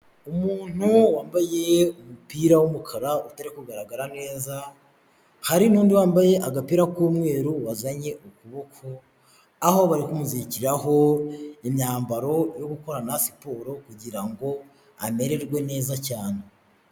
Umuntu wambaye umupira w'umukara utari kugaragara neza, hari n'undi wambaye agapira k'umweru wazanye ukuboko aho bari kumuzirikiraho imyambaro yo gukorarana siporo, kugirango amererwe neza cyane.